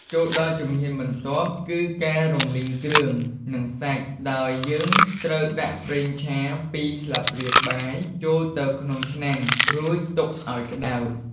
ចូលដល់ជំហានបន្ទាប់ គឺការរំលីងគ្រឿង និងសាច់ ដោយយើងត្រូវដាក់ ប្រេងឆា ២ ស្លាបព្រាបាយចូលទៅក្នុងឆ្នាំង រួចទុកឱ្យក្ដៅ។